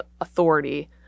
authority